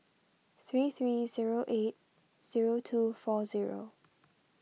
three three zero eight zero two four zero